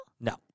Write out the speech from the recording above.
No